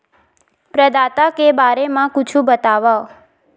प्रदाता के बारे मा कुछु बतावव?